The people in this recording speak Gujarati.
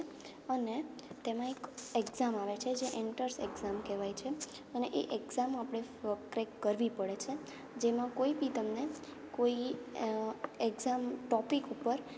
અને તેમાં એક એક્ઝામ આવે છે જે એન્ટર્સ એક્ઝામ કહેવાય છે અને એ એક્ઝામ આપણે ક ક્રેક કરવી પડે છે જેમાં કોઈ બી તમને કોઈ એક્જામ ટોપિક ઉપર